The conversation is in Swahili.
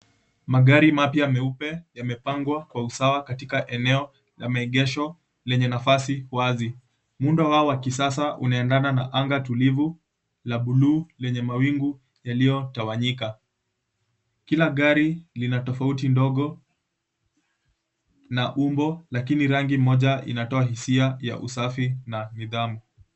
Magari mapya meupe yamepangwa kwa usawa katika eneo la maegesho lenye eneo wazi. Muundo wao wa kisasa unaendana na anga tulivu la buluu lenye mawingu yaliyotawanyika. Kila gari lina tofauti ndogo la umbo lakini rangi moja inatoa hisia ya usafi na nidhamu.